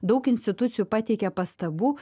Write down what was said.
daug institucijų pateikė pastabų